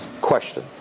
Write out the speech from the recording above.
question